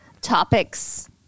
topics